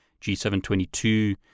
G722